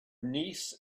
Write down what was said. niece